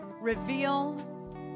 reveal